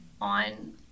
on